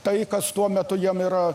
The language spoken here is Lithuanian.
tai kas tuo metu jiem yra